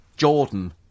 Jordan